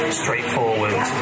straightforward